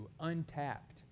untapped